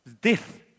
Death